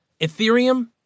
Ethereum